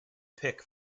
pic